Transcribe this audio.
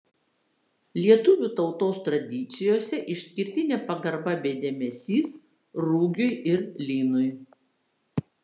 lietuvių tautos tradicijose išskirtinė pagarba bei dėmesys rugiui ir linui